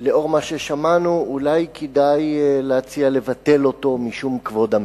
לאור מה ששמענו אולי כדאי להציע לבטל אותו משום כבוד המת,